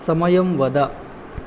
समयं वद